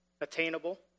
attainable